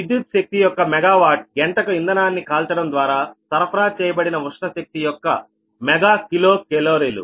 విద్యుత్ శక్తి యొక్క మెగా వాట్ గంటకు ఇంధనాన్ని కాల్చడం ద్వారా సరఫరా చేయబడిన ఉష్ణ శక్తి యొక్క మెగా కిలో కేలరీలు